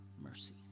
mercy